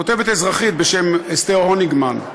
כותבת אזרחית בשם אסתר הוניגמן,